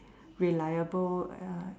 reliable